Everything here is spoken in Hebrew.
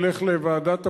ילך לוועדת הפרשנות,